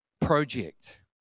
project